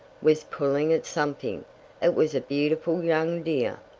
was pulling at something it was a beautiful young deer!